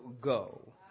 go